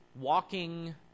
walking